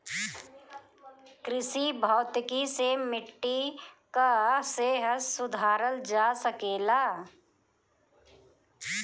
कृषि भौतिकी से मिट्टी कअ सेहत सुधारल जा सकेला